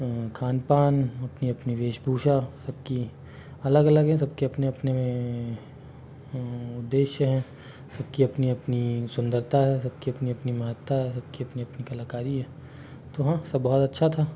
खान पान अपनी अपनी वेशभूषा सबकी अलग अलग है सबकी अपने अपने उद्देश्य है सबकी अपनी अपनी सुंदरता है सबकी अपनी अपनी महत्ता है सबकी अपनी अपनी कलाकारी है तो हाँ सब बहुत अच्छा था